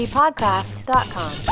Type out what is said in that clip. podcast.com